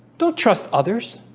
don't trust others.